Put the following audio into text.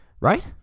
right